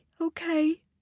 okay